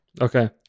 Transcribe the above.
Okay